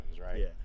right